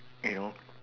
you know